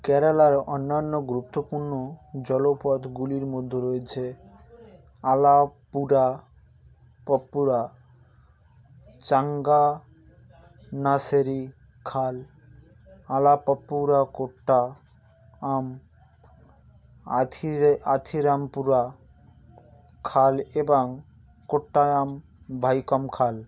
কেরালার অন্যান্য গুরুত্বপূর্ণ জলপথগুলির মধ্য রয়েছে আলাপ্পুরা প্পুরা চাঙ্গানাসেরি খাল আলাপাপ্পুরা কোট্টায়াম আথিরে আথিরামপুরা খাল এবং কোট্টায়াম ভাইকম খাল